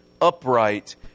upright